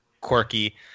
quirky